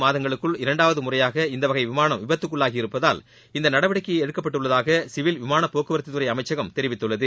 மாதங்களுக்குள் கடந்த இரண்டாவது முறையாக இந்த வகை விமானம் ஐந்து விபத்துக்குள்ளாகியிருப்பதால் இந்த நடவடிக்கை எடுக்கப்பட்டுள்ளதாக சிவில் விமானப் போக்குவரத்துத்துறை அமைச்சகம் தெரிவித்துள்ளது